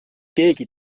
keegi